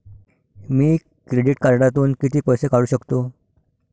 मी credit कार्डातून किती पैसे काढू शकतो?